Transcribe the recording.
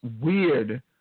weird